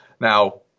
Now